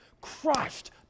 Crushed